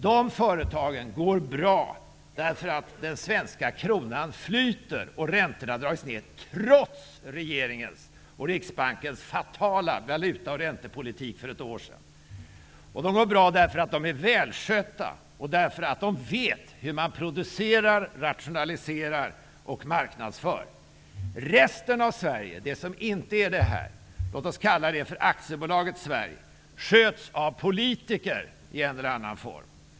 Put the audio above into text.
De företagen går bra därför att den svenska kronan flyter och därför att räntorna har dragits ned trots regeringens och Riksbankens fatala valuta och räntepolitik för ett år sedan. De går bra därför att de är välskötta och därför att de vet hur man producerar, rationaliserar och marknadsför. Resten av AB Sverige -- låt oss kalla det så -- sköts av politiker i en eller annan form.